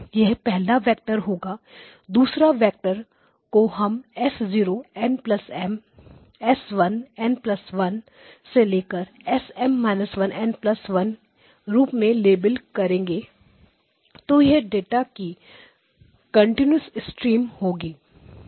यह पहला वेक्टर होगा दूसरे वेक्टर को हम S0 n1 S1n 1 SM−1n1 रूप में लेबल करेंगे और यह डेटा की कन्टीन्यूस स्ट्रीमcontinuous stream of data होगी